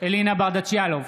אלינה ברדץ' יאלוב,